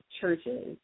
churches